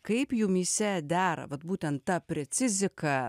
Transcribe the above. kaip jumyse dera vat būtent ta precizika